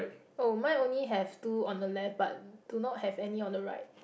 oh mine only have two on the left but do not have any on the right